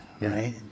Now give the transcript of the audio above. right